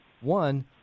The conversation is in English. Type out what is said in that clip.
one